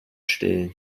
still